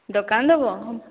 ଦୋକାନ ଦେବ